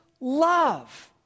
love